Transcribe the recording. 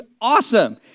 awesome